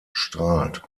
strahlt